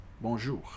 bonjour